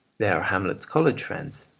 they are hamlet's college friends.